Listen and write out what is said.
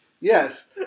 Yes